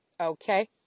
okay